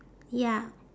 ya